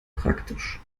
praktisch